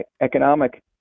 Economic